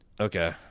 Okay